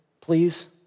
please